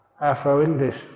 Afro-English